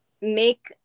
make